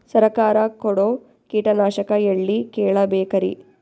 ಸರಕಾರ ಕೊಡೋ ಕೀಟನಾಶಕ ಎಳ್ಳಿ ಕೇಳ ಬೇಕರಿ?